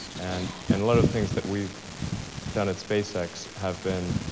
and and a lot of things that we've done at spacex have been